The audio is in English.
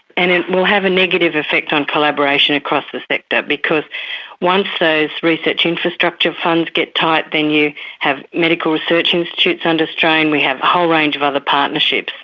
and it will have a negative effect on collaboration across the sector because once those research infrastructure funds get tight then you have medical research institutes under strain, we have a whole range of other partnerships,